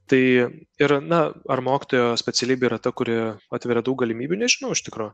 tai ir na ar mokytojo specialybė yra ta kuri atveria daug galimybių nežinau iš tikro